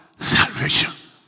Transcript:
Salvation